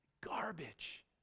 garbage